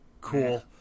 Cool